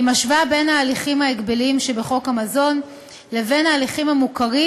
היא משווה בין ההליכים ההגבליים שבחוק המזון לבין ההליכים המוכרים,